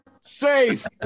safe